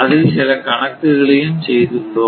இதில் சில கணக்குகளையும் செய்துள்ளோம்